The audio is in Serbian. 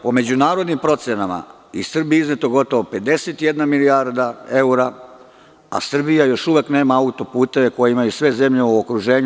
Po međunarodnim procenama, iz Srbije je izneta gotovo 51 milijarda evra, a Srbija još uvek nema autoputeve koje imaju sve zemlje u okruženje.